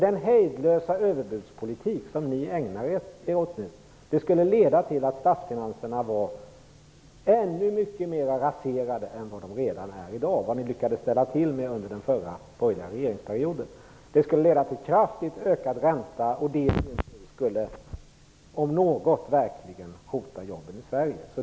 Den hejdlösa överbudspolitik som ni ägnar er åt skulle leda till att statsfinanserna raserades ännu mycket mera än i dag, än vad ni lyckades med under den förra borgerliga regeringsperioden. Detta skulle leda till kraftigt ökad ränta som i sin tur, om något, verkligen skulle hota jobben i Sverige.